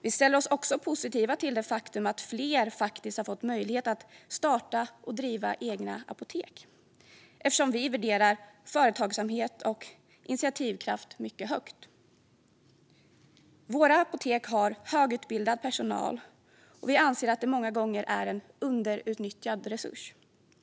Vi ställer oss också positiva till det faktum att fler faktiskt har fått möjlighet att starta och driva egna apotek, eftersom vi värderar företagsamhet och initiativkraft mycket högt. Våra apotek har högutbildad personal, och vi anser att de många gånger är en underutnyttjad resurs.